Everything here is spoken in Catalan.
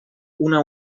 una